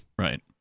Right